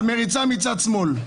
המריצה מצד שמאל.